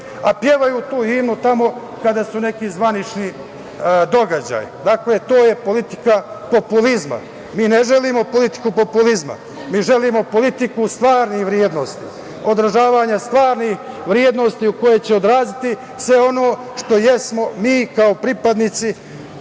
a pevaju tu himnu tamo kada su neki zvanični događaji. Dakle, to je politika populizma. Mi ne želimo politiku populizma. Mi želimo politiku stvarnih vrednosti, održavanja stvarnih vrednosti u koje će se odraziti sve ono što jesmo mi kao pripadnici